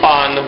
on